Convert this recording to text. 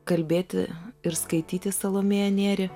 kalbėti ir skaityti salomėją nėrį